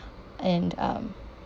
and um